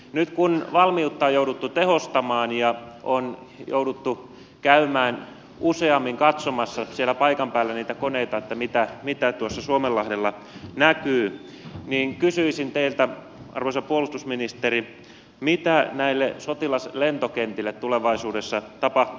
nyt kun valmiutta on jouduttu tehostamaan ja on jouduttu käymään useammin katsomassa siellä paikan päällä niitä koneita että mitä tuossa suomenlahdella näkyy niin kysyisin teiltä arvoisa puolustusministeri mitä näille sotilaslentokentille tulevaisuudessa tapahtuu